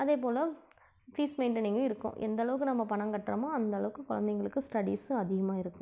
அதேபோல் fees maintaining இருக்குது எந்த அளவுக்கு நம்ம பணம் கட்டுறமோ அந்த அளவுக்கு குழந்தைங்களுக்கு ஸ்டடிஸும் அதிகமாக இருக்கும்